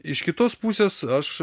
iš kitos pusės aš